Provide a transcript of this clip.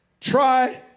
Try